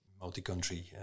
multi-country